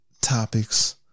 topics